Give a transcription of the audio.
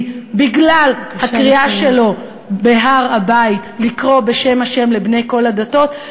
בגלל הקריאה שלו בהר-הבית לקרוא בשם השם לבני כל הדתות,